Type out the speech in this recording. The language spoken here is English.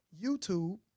YouTube